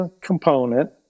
component